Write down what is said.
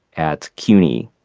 at cuny,